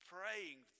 Praying